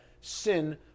sin